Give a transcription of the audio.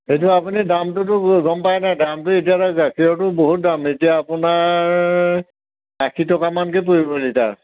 সেইটো আপুনি দামটোতো গম পায় নাই দামটো এতিয়া গাখীৰটো বহুত দাম এতিয়া আপোনাৰ আশী টকামানকৈ পৰিব লিটাৰ